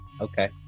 Okay